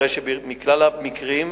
הרי שמכלל המקרים,